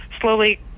slowly